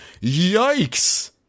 Yikes